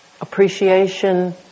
appreciation